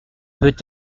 peut